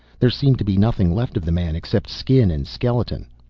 there seemed to be nothing left of the man except skin and skeleton.